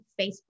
Facebook